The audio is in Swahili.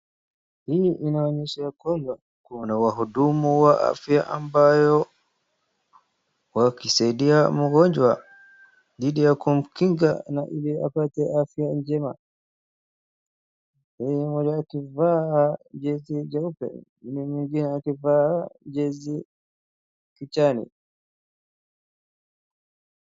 Hii inaonyesha ya kwamba ,kuna wahudumu wa afya ambao wakisaidia mgonjwa dhidi ya kumkinga ili apate afya njema. Hii mmoja akivaa jezi jeupe na mwingine akivaa jezi ya kijani.